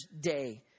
day